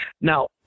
Now